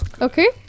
okay